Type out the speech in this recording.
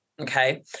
Okay